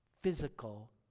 physical